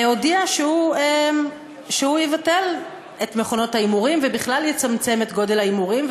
הודיע שהוא יבטל את מכונות ההימורים ובכלל יצמצם את גודל ההימורים,